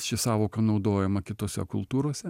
ši sąvoka naudojama kitose kultūrose